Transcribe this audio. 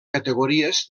categories